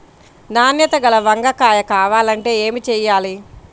నాణ్యత గల వంగ కాయ కావాలంటే ఏమి చెయ్యాలి?